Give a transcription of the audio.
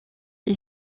est